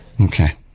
Okay